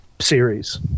series